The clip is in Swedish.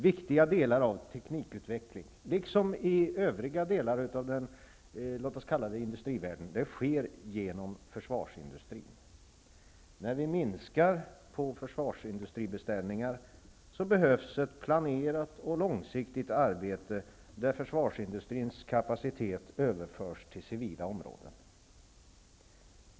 Viktiga delar av teknikutveckling, liksom i övriga delar av industrivärlden, sker genom försvarsindustrin. När vi minskar på försvarsindustribeställningar behövs ett planerat och långsiktigt arbete, där försvarsindustrins kapacitet överförs till civila områden.